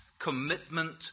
commitment